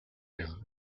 dem